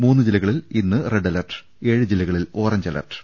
മൂന്ന് ജില്ലകളിൽ ഇന്നും റെഡ് അലർട്ട് ഏഴ് ജില്ലകളിൽ ഓറഞ്ച് അലർട്ട്